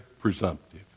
presumptive